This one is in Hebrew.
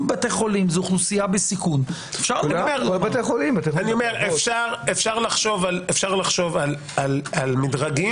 אם בבתי חולים זו אוכלוסייה בסיכון --- אפשר לחשוב על מדרגים,